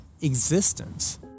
existence